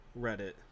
Reddit